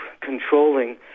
controlling